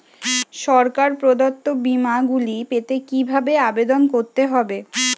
সরকার প্রদত্ত বিমা গুলি পেতে কিভাবে আবেদন করতে হবে?